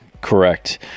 Correct